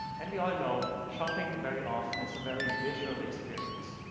and we all know, shopping very often is a very visual experience.